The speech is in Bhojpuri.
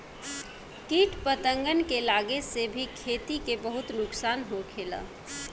किट पतंगन के लागे से भी खेती के बहुत नुक्सान होखेला